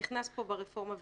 נכנס פה ברפורמה.